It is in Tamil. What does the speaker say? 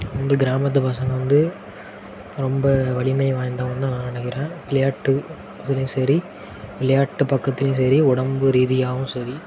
இங்கு கிராமத்து பசங்கள் வந்து ரொம்ப வலிமை வாய்ந்தவன் தான் நான் நினைக்கிறேன் விளையாட்டு இதுலையும் சரி விளையாட்டு பக்கத்திலியும் சரி உடம்பு ரீதியாகவும் சரி